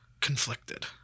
Conflicted